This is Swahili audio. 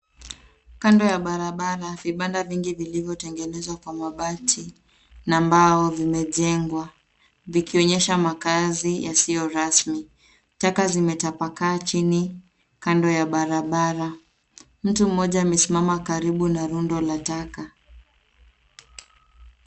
Kando ya barabara ,vibanda vingi vilivotengenezwa kwa mabati, na mbao vimejengwa. vikionyesha makazi yasio rasmi .Taka zimetapakaa chini kando ya barabara. Mtu mmoja amesimama karibu na rundo la taka.